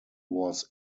was